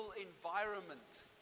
environment